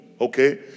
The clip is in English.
Okay